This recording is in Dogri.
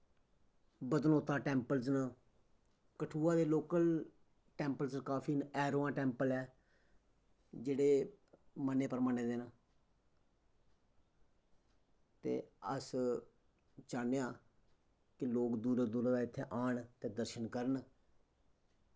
बदनोता टैंपलस न कठुआ दे लोकल टैंपलस काफी न ऐरोआं टैंपल ऐ जेह्ड़े मन्ने परमन्ने दे न ते अस चाह्न्ने आं कि लोग दूरा दूरा दा इत्थें आन ते दर्शन करन